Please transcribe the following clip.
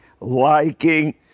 liking